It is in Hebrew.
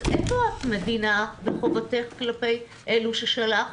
אז איפה המדינה וחובתה כלפי אלו שהיא שלחה?